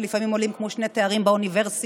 שלפעמים עולה כמו שני תארים באוניברסיטה,